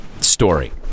story